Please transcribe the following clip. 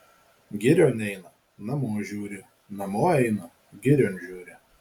girion eina namo žiūri namo eina girion žiūri